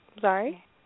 sorry